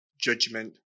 judgment